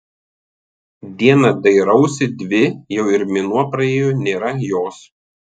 dieną dairausi dvi jau ir mėnuo praėjo nėra jos